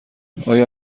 آیا